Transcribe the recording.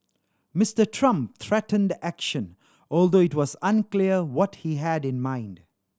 Mister Trump threatened action although it was unclear what he had in mind